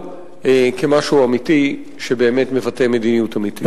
כמשהו אמיתי שבאמת מבטא מדיניות אמיתית.